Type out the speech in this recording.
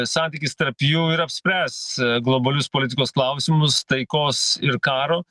santykis tarp jų ir apspręs globalius politikos klausimus taikos ir karo